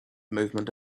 movement